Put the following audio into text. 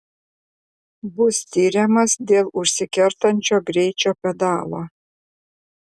bus tiriamas dėl užsikertančio greičio pedalo